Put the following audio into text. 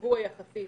רגוע יחסית,